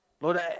Lord